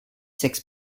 six